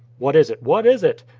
what is it, what is it?